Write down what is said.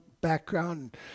background